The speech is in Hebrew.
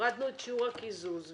הורדנו את שיעור הקיזוז,